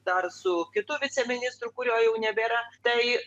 dar su kitų viceministrų kurio jau nebėra tai